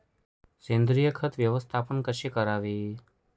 सेंद्रिय खत व्यवस्थापन कसे करावे?